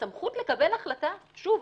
הסמכות לקבל החלטה שוב,